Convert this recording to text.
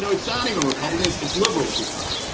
so it's ah not even republicans, it's liberals who cry.